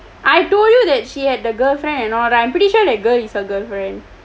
I told you that she had the girlfriend and all I'm pretty sure that girl is her girlfriend